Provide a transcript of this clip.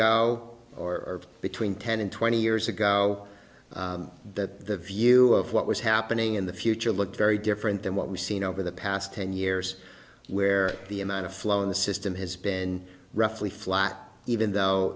ago or between ten and twenty years ago that the view of what was happening in the future looked very different than what we've seen over the past ten years where the amount of flow in the system has been roughly flat even though